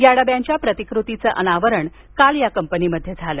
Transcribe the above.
या डब्यांच्या प्रतिकृतीचं अनावरण काल या कंपनीमध्ये झालं